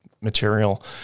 material